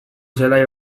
zelai